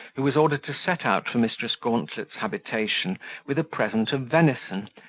who was ordered to set out for mrs. gauntlet's habitation with a present of venison,